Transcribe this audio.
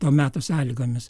to meto sąlygomis